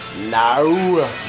No